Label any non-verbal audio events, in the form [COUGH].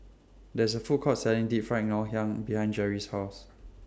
There IS A Food Court Selling Deep Fried Ngoh Hiang behind Gerry's House [NOISE]